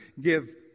give